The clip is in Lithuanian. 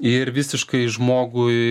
ir visiškai žmogui